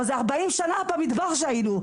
אבל זה ארבעים שנה במדבר שהיינו,